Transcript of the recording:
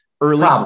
early